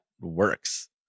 works